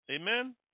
Amen